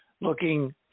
looking